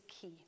key